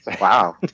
Wow